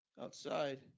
outside